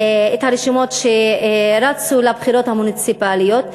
את הרשימות שרצו לבחירות המוניציפליות,